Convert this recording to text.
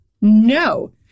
no